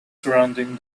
surrounding